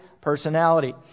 personality